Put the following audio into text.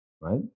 Right